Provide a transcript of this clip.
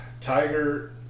Tiger